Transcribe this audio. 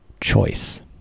choice